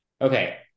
Okay